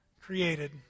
created